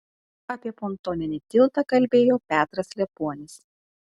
apie pontoninį tiltą kalbėjo petras liepuonis